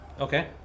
Okay